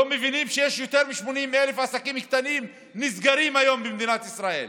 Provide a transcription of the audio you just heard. לא מבינים שיש יותר מ-80,000 עסקים קטנים שנסגרים היום במדינת ישראל.